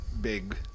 big